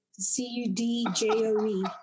C-U-D-J-O-E